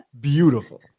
Beautiful